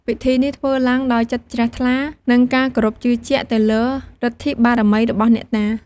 ពិធីនេះធ្វើឡើងដោយចិត្តជ្រះថ្លា និងការគោរពជឿជាក់ទៅលើឫទ្ធិបារមីរបស់អ្នកតា។